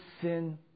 sin